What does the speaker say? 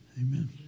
Amen